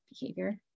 behavior